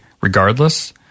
regardless